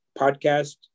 podcast